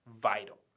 vital